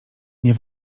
nie